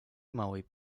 małej